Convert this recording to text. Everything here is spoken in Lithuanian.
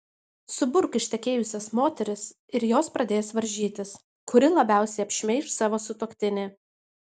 suburk ištekėjusias moteris ir jos pradės varžytis kuri labiausiai apšmeiš savo sutuoktinį